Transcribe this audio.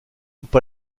pas